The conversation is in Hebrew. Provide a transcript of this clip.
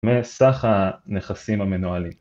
מסך הנכסים המנוהלים.